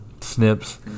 snips